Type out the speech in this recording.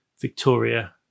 Victoria